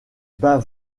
bas